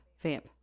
Vamp